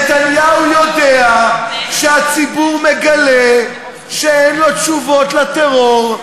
נתניהו יודע שהציבור מגלה שאין לו תשובות לטרור,